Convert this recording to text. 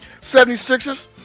76ers